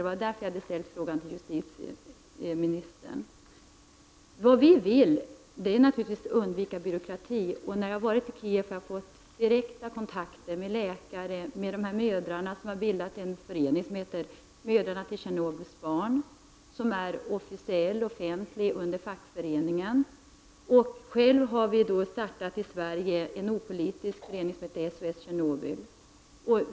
Det var därför jag ställde frågan till justitieministern. Vad vi vill är naturligtvis att undvika byråkrati. När jag har varit i Kiev har jag fått direkta kontakter med läkare och med mödrar till Tjernobyls barn, som har bildat en förening som heter Mödrarna till Tjernobyls barn och som är officiell och offentlig under fackföreningen. Själva har vi i Sverige startat en opolitisk förening som heter SOS Tjernobyl.